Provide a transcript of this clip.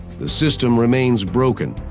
the system remains broken,